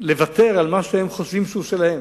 לוותר על משהו שהם חושבים שהוא שלהם,